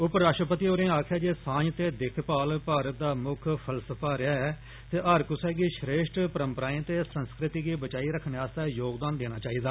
उप राष्ट्रपति होरें आखेया जे सांज ते दिक्खभाल भारत दा मुक्ख फलसफा रेआ ऐ ते हर कुसै गी श्रेष्ठ परंपराएं ते संस्कृति गी बचाई रक्खने आस्तै योगदान देना लोढ़चदा